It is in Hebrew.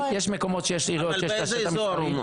אבל באיזה אזור?